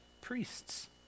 priests